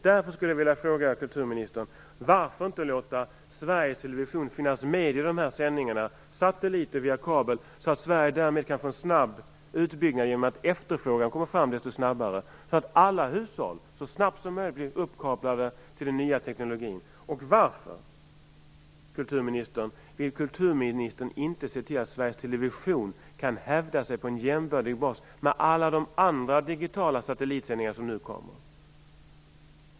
Därför skulle jag vilja fråga kulturministern varför man inte låter Sveriges Television finnas med i dessa sändningar - satelliter via kabel - så att det kan bli en snabb utbyggnad i Sverige genom att eferfrågan kommer fram desto snabbare. Då blir alla hushåll uppkopplade till den nya tekniken så snabbt som möjligt. Varför vill kulturministern inte se till att Sveriges Television kan hävda sig på en jämbördig bas gentemot alla de andra digitala satellitsändningar som nu kommer?